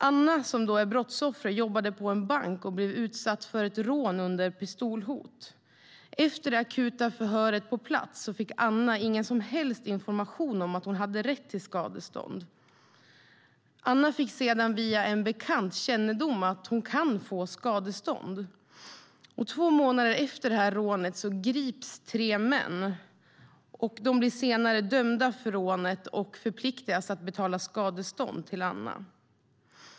Anna, som är brottsoffret, jobbade på en bank och blev utsatt för ett rån under pistolhot. Efter det akuta förhöret på plats fick Anna ingen som helst information om att hon hade rätt till skadestånd. Anna fick sedan via en bekant kännedom om att hon kan få skadestånd. Två månader efter rånet greps tre män. De blev senare dömda för rånet och förpliktades att betala skadestånd till Anna.